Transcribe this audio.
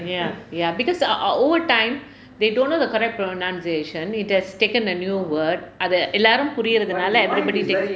ya ya because our our old time they don't know the correct pronunciation it has taken a new word அது எல்லாரும் புரிரநால:athu elaarum puriranaala everybody thinks